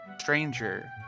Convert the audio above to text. stranger